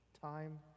time